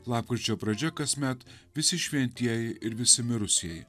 lapkričio pradžia kasmet visi šventieji ir visi mirusieji